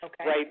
Okay